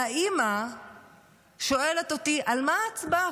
האימא שואלת אותי: על מה ההצבעה?